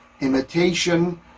imitation